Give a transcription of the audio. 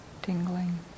tingling